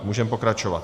Můžeme pokračovat.